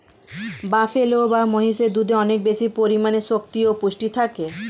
buffalo বা মহিষের দুধে অনেক বেশি পরিমাণে শক্তি ও পুষ্টি থাকে